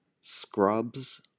Scrubs